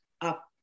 up